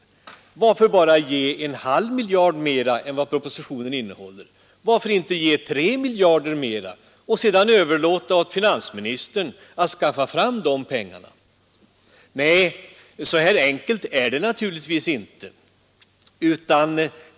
Men varför bara ge en halv miljard mera än vad propositionen innehåller? Varför inte ge ytterligare 3 miljarder eller mera och sedan överlåta åt finansministern att skaffa fram pengarna? Vad händer då med den kommunala självstyrelsen? Nej, så här enkelt är det naturligtvis inte.